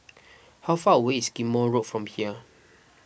how far away is Ghim Moh Road from here